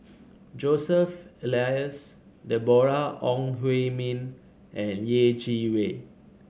Joseph Elias Deborah Ong Hui Min and Yeh Chi Wei